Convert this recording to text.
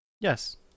Yes